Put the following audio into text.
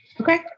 Okay